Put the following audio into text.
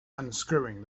unscrewing